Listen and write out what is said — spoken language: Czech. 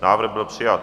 Návrh byl přijat.